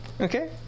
okay